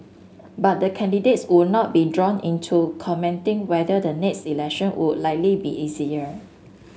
but the candidates would not be drawn into commenting whether the next election would likely be easier